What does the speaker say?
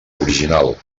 original